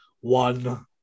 one